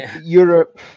Europe